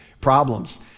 problems